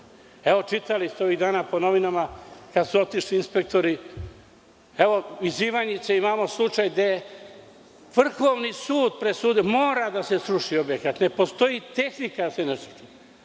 ništa. Čitali ste ovih dana po novinama kada su otišli inspektori… Evo, iz Ivanjice imamo slučaj gde je Vrhovni sud presudio da mora da se sruši objekat. Ne postoji tehnika da se ne sruši.